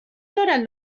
دارد